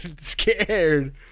scared